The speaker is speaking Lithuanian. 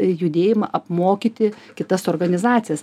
judėjimą apmokyti kitas organizacijas